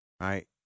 right